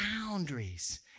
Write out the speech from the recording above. Boundaries